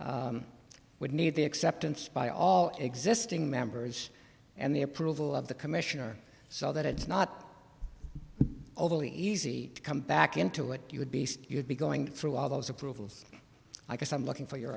you would need the acceptance by all existing members and the approval of the commissioner so that it's not overly easy to come back into what you would be so you would be going through all those approvals i guess i'm looking for your